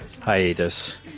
hiatus